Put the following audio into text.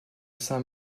saint